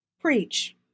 Preach